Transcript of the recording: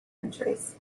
countries